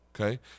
Okay